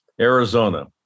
Arizona